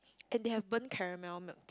and they have burn caramel milk